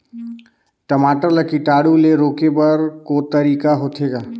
टमाटर ला कीटाणु ले रोके बर को तरीका होथे ग?